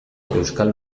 euskal